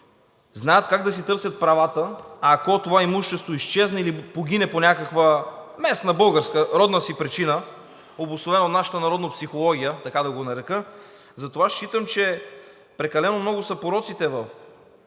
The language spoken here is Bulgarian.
знаят как да си търсят правата, ако това имущество изчезне или погине по някаква местна, българска, родна си причина, обусловена от нашата народопсихология, така да го нарека. Затова считам, че прекалено много са пороците в